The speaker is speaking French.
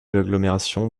l’agglomération